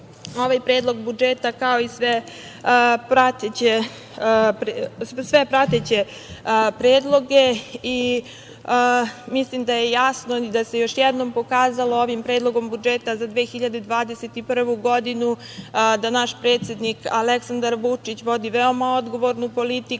ovaj predlog budžeta, kao i sve prateće predloge, i mislim da je jasno i da se još jednom pokazalo ovim predlogom budžeta za 2021. godinu da naš predsednik Aleksandar Vučić vodi veoma odgovornu politiku